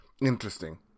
interesting